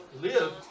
live